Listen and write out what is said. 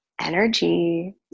energy